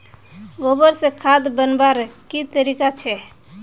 गोबर से खाद बनवार की तरीका छे?